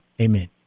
amen